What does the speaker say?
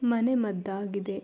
ಮನೆಮದ್ದಾಗಿದೆ